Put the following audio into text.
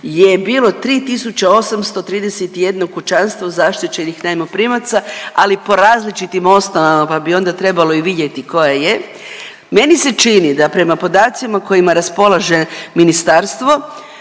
je bilo 3.831 kućanstvo zaštićenih najmoprimaca, ali po različitim osnovama pa bi onda trebalo i vidjeti koja je. Meni se čini da prema podacima kojima raspolaže ministarstvo